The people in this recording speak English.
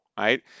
right